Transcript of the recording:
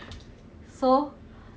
so sad orh ngee ann 的 netball